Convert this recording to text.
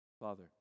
Father